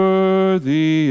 Worthy